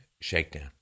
shakedown